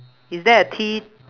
is there a T